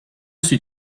suis